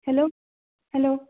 hello hello